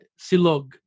silog